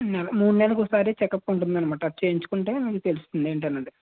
మూడు నెల్లకోసారి చెకప్ ఉంటుందన్నమాట అది చేయించుకుంటే మనకి తెలుస్తుంది ఏంటనేది